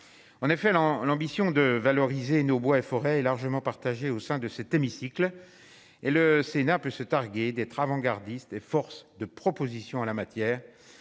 en effet l'an l'ambition de valoriser nos bois et forêts est largement partagée au sein de cet hémicycle et le Sénat peut se targuer d'être avant-gardiste et force de proposition à la matière,